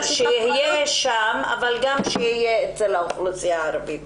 בסדר, שיהיה שם, אבל גם שיהיה באוכלוסייה הערבית,